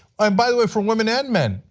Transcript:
um by the way, for women and men,